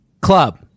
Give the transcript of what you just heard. Club